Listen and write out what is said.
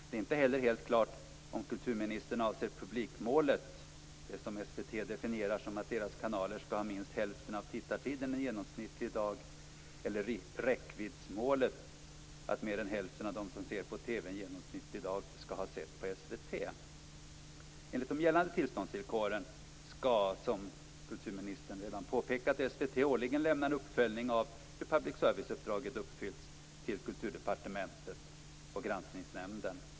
Det är inte heller helt klart om kulturministern avser publikmålet, dvs. det som SVT:s definierar som att dess kanaler skall ha minst hälften av tittartiden en genomsnittlig dag eller om hon avser räckviddsmålet, dvs. att mer än hälften av dem som ser på TV en genomsnittlig dag skall ha sett på SVT. Enligt de gällande tillståndsvillkoren skall, som kulturministern redan påpekat, SVT årligen lämna en uppföljning av hur public service-uppdraget uppfyllts till Kulturdepartementet och Granskningsnämnden.